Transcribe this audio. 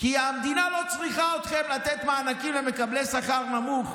כי המדינה לא צריכה שתיתנו מענקים למקבלי שכר נמוך,